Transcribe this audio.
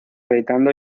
gritando